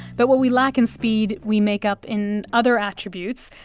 but what we lack in speed we make up in other attributes,